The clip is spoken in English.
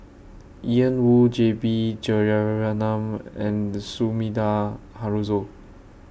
Ian Woo J B Jeyaretnam and Sumida Haruzo